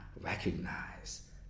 recognize